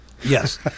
Yes